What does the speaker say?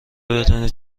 بدونید